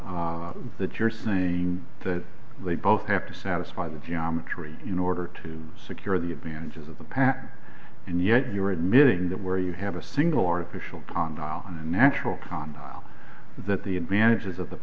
condo that you're saying that they both have to satisfy the geometry in order to secure the advantages of the path and yet you are admitting that where you have a single artificial pond on a natural compound that the advantages of the